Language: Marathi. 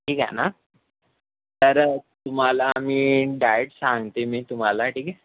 ठीक आहे ना तर तुम्हाला मी डाएट सांगते मी तुम्हाला ठीक आहे